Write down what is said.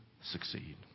succeed